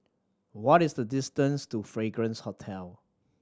what is the distance to Fragrance Hotel